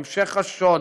המשך השוד